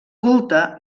culte